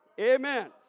Amen